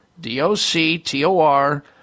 D-O-C-T-O-R